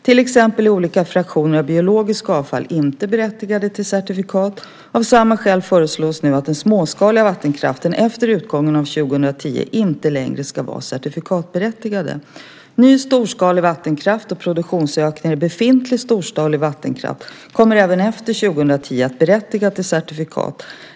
Till exempel är olika fraktioner av biologiskt avfall inte berättigade till elcertifikat. Av samma skäl föreslås nu att den småskaliga vattenkraften efter utgången av år 2010 inte längre ska vara certifikatberättigande. Ny storskalig vattenkraft och produktionsökningar i befintlig storskalig vattenkraft kommer även efter 2010 att berättiga till elcertifikat.